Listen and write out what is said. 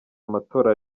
amatora